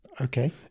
Okay